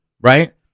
right